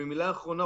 במילה אחרונה,